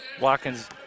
Watkins